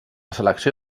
selecció